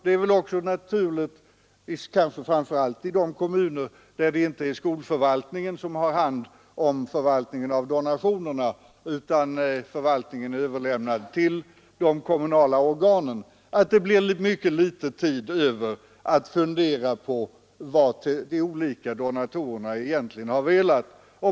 Det är .väl också naturligt, kanske franiför allt i de kommuner där skolförvaltningen inte har hand om förvaltningen av donationerna utan denna är överlämnad till andra kommunala organ, att det blir mycket litet tid över att fundera på vad de olika donatorerna egentligen har velat.